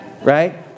Right